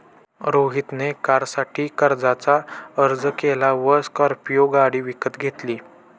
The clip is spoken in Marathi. रोहित ने कारसाठी कर्जाचा अर्ज केला व स्कॉर्पियो गाडी विकत घेतली